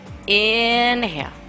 inhale